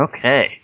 Okay